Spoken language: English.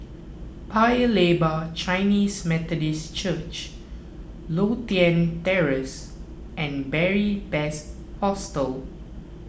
Paya Lebar Chinese Methodist Church Lothian Terrace and Beary Best Hostel